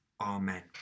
Amen